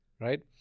right